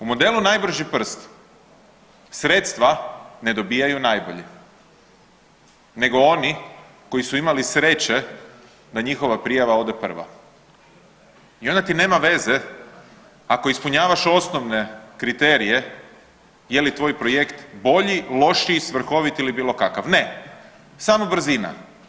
U modelu najbrži prst sredstva ne dobijaju najbolji nego oni koji su imali sreće da njihova prijava ode prva i onda ti nema veze ako ispunjavaš osnovne kriterije je li tvoj projekt bolji, lošiji, svrhovit ili bilo kakav, ne, samo brzina.